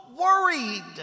worried